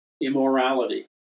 immorality